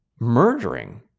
murdering